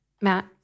Matt